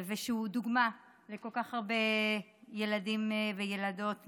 ושהוא דוגמה לכל כך הרבה ילדים וילדות,